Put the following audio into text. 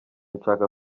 nshaka